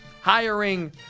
hiring